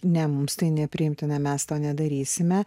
ne mums tai nepriimtina mes to nedarysime